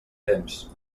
temps